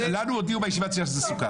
לנו הודיעו שישיבת סיעה שזה סוכם.